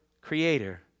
creator